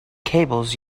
cables